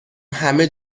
همه